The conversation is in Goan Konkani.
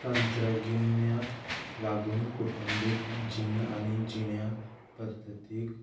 तंत्रगिन्याक लागून कुटुंबीक जीण आनी जिण्या पद्दतीक